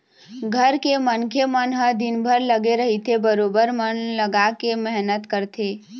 घर के मनखे मन ह दिनभर लगे रहिथे बरोबर मन लगाके मेहनत करथे